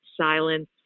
Silence